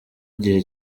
igihe